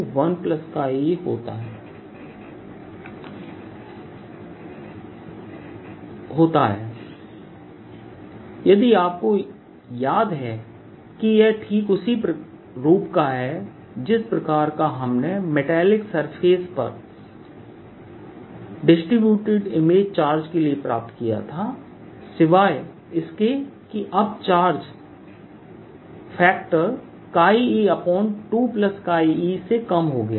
20K1 14π0qdr2d232 r K 1K112πqdr2d232 e2e12πqdr2d232 यदि आपको याद है कि यह ठीक उसी रूप का है जिस प्रकार का हमने मैटेलिक सरफेस पर डिस्ट्रिब्यटड इमेज चार्ज के लिए प्राप्त किया था सिवाय इसके कि अब चार्ज फैक्टर e2eसे कम हो गया है